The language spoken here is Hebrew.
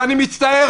ואני מצטער,